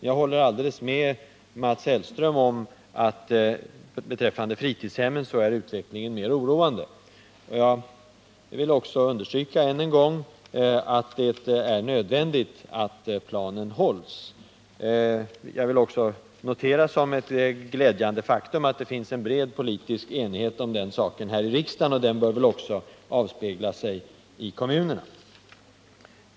Jag håller helt med Mats Hellström om att utvecklingen beträffande fritidshemmen är mer oroande. Jag vill än en gång understryka att det är nödvändigt att planerna hålls. Det är ett glädjande faktum att det finns en bred enighet om den saken här i kammaren, och den enigheten bör väl också avspegla sig i kommunerna.